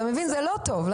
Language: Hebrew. זה לא טוב.